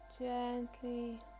Gently